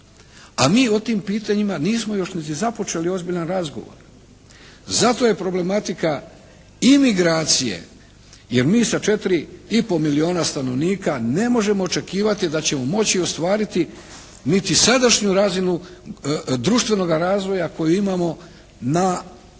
a mi o tim pitanjima nismo još niti započeli ozbiljan razgovor. Zato je problematika imigracije, jer mi sa 4 i pol milijuna stanovnika ne možemo očekivati da ćemo moći ostvariti niti sadašnju razinu društvenoga razvoju koju imamo na,